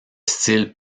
style